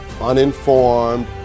uninformed